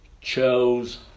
chose